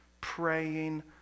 praying